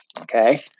okay